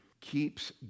keeps